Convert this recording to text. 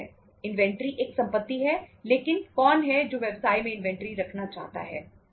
inventory एक संपत्ति है लेकिन कौन है जो व्यवसाय में इन्वेंट्री रखना चाहता है